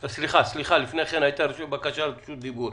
סליחה, לפני כן הייתה בקשה לרשות דיבור,